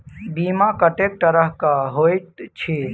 बीमा कत्तेक तरह कऽ होइत छी?